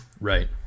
right